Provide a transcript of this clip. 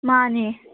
ꯃꯥꯅꯦ